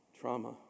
trauma